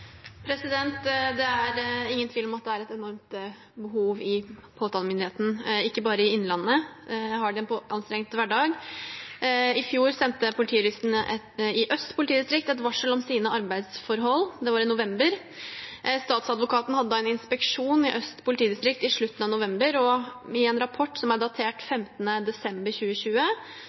Det er ingen tvil om at det er et enormt behov i påtalemyndigheten, ikke bare i Innlandet har de en anstrengende hverdag. I fjor sendte politijuristene i Øst politidistrikt et varsel om sine arbeidsforhold, det var i november. Statsadvokaten hadde en inspeksjon i Øst politidistrikt i slutten av november, og i en rapport som er datert 15. desember 2020,